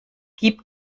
gib